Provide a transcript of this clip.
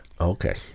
Okay